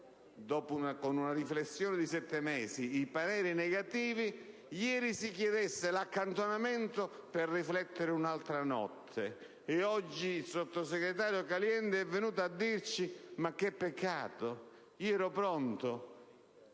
con una riflessione di sette mesi, i pareri negativi, si sia chiesto ieri l'accantonamento per riflettere un'altra notte. Oggi il sottosegretario Caliendo è venuto a dirci: ma che peccato, io ero pronto